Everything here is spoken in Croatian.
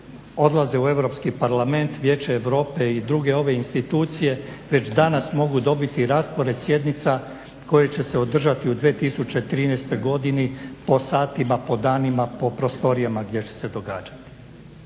odlaze u Europski parlament, Vijeće Europe i druge ove institucije već danas mogu dobiti raspored sjednica koje će se održati u 2013. godini po satima, po danima, po prostorijama gdje će se događati.